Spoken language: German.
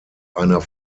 einer